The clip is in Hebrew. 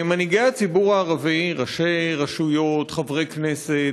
מנהיגי הציבור הערבי, ראשי רשויות, חברי כנסת,